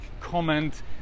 comment